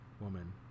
woman